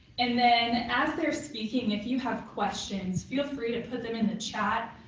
and then as they're speaking if you have questions, feel free to put them in the chat.